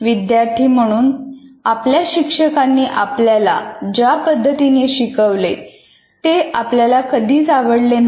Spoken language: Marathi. विद्यार्थी म्हणून आपल्या शिक्षकांनी आपल्याला ज्या पद्धतीने शिकवले ते आपल्याला कधीच आवडले नाही